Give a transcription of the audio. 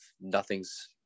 nothing's